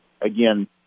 again